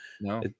No